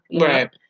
Right